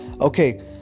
Okay